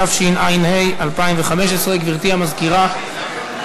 התשע"ה 2015. גברתי המזכירה.